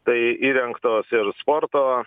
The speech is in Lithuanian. tai įrengtos ir sporto